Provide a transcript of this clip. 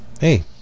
hey